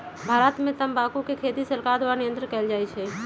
भारत में तमाकुल के खेती सरकार द्वारा नियन्त्रण कएल जाइ छइ